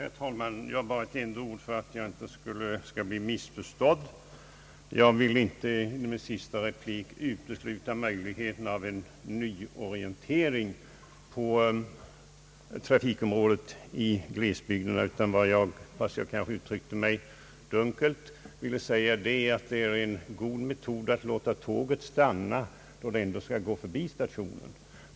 Herr talman! Bara ett enda ord för att jag inte skall bli missförstådd. Jag ville inte i min sista replik utesluta möjligheten av en nyorientering på trafikområdet i glesbygderna. Vad jag, fastän jag kanske uttryckte mig dunkelt, ville säga, var att det är en god metod att låta tåget stanna, då det ändå skall passera förbi stationen.